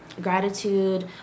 gratitude